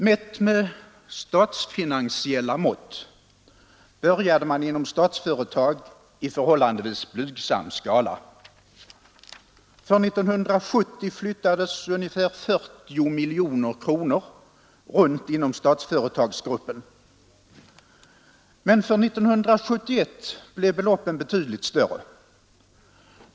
Mätt med statsfinansiella mått började man inom Statsföretag i förhållandevis blygsam skala. För 1970 flyttades ungefär 40 miljoner kronor runt inom Statsföretagsgruppen. Men för 1971 blev beloppet betydligt större.